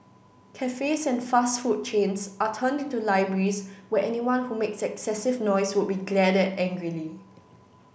cafes and fast food chains are turned into libraries where anyone who makes excessive noise would be glared at angrily